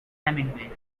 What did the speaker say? hemingway